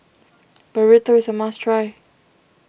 Burrito is a must try